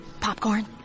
Popcorn